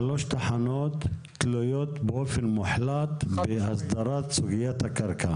שלוש תחנות תלויות באופן מוחלט בהסדרת סוגיית הקרקע.